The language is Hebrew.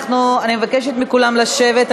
אני מבקשת מכולם לשבת,